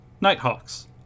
Nighthawks